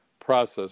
process